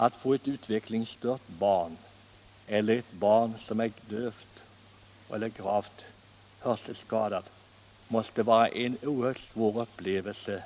Att få ett utvecklingsstört barn eller ett barn som är dövt eller gravt hörselskadat måste vara en oerhört svår upplevelse